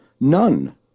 None